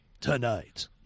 Tonight